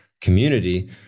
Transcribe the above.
community